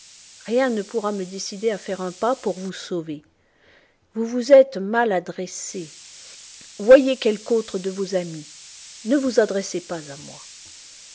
rien ne pourra me décider à faire un pas pour vous sauver vous vous êtes mal adressé voyez quelque autre de vos amis ne vous adressez pas à moi